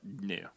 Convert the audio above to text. no